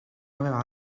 aveva